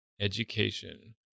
education